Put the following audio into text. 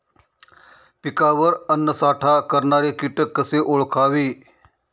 पिकावर अन्नसाठा करणारे किटक कसे ओळखावे?